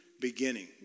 beginning